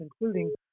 including